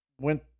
went